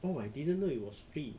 oh I didn't know it was free